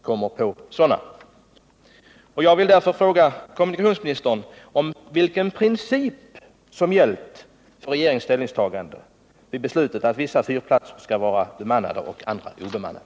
Jag vill med anledning av det anförda fråga kommunikationsministern vilken princip som gällt för regeringens ställningstagande vid beslutet att vissa fyrplatser skall vara bemannade och andra obemannade.